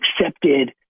accepted